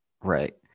Right